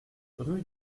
rue